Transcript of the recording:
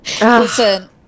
Listen